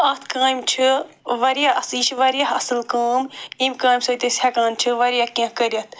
اَتھ کامہِ چھِ واریاہ اصہٕ یہِ چھِ واریاہ اصٕل کٲم اَمہِ کامہِ سۭتۍ أسۍ ہٮ۪کان چھِ واریاہ کینٛہہ کٔرِتھ